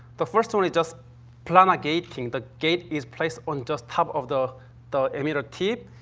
the first one is just planar gating. the gate is placed on just top of the the emitter tip.